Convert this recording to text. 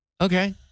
Okay